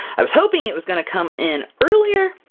i was hoping it was going to come in earlier,